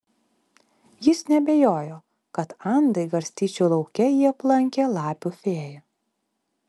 jis neabejojo kad andai garstyčių lauke jį aplankė lapių fėja